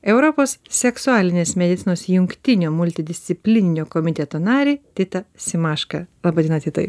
europos seksualinės medicinos jungtinio multidisciplininio komiteto narį titą simašką laba diena titai